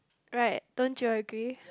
right don't you agree